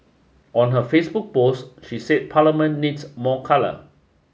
on her Facebook post she said Parliament needs more colour